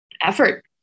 effort